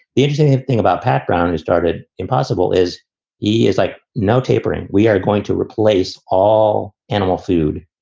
the interesting thing about pat brown, who started impossible is he is like no tapering. we are going to replace all animal food,